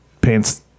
pants